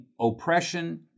oppression